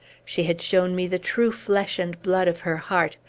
she had shown me the true flesh and blood of her heart,